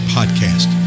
Podcast